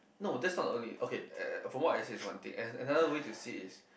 no that's not the only okay uh from what I say is one thing and another way to see is